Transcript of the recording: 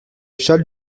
charles